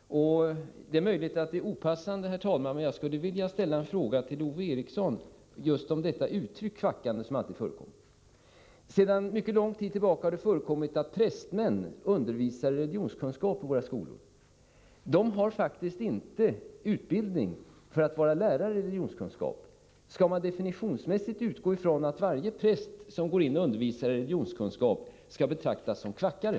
Det är möjligt att det är opassande, herr talman, men jag skulle vilja ställa en fråga till Ove Eriksson om just uttrycket kvackande, som alltid förekommer. Sedan mycket lång tid tillbaka förekommer det att prästmän undervisar i religionskunskap på våra skolor. De har faktiskt inte utbildning för att vara lärare i religionskunskap. Skall varje präst som går in och undervisar i religionskunskap definitionsmässigt betraktas som kvackare?